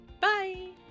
bye